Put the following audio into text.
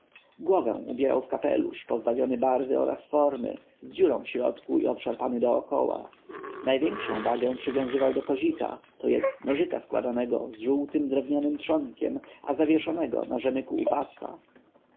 ubierał w kapelusz pozbawiony barwy oraz formy z dziurą w środku i obszarpany dokoła największą wagę przywiązywał do kozika to jest nożyka składanego z żółtym drewnianym trzonkiem a zawieszonego na rzemyku u pasa